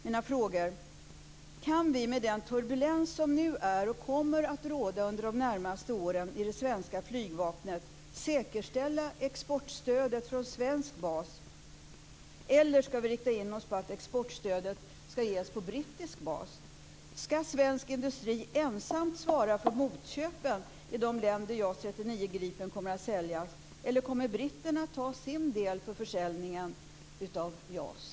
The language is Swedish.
Mina frågor till ministern är: Kan vi med den turbulens som nu är och kommer att råda under de närmaste åren i det svenska flygvapnet säkerställa exportstödet från svensk bas, eller ska vi rikta in oss på att exportstödet ska ges på brittisk bas? Ska svensk industri ensam svara för motköpen i de länder där JAS 39 Gripen kommer att säljas, eller kommer britterna att ta sin del för försäljningen av JAS?